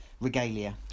regalia